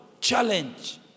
challenge